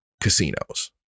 casinos